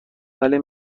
ولی